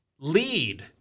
lead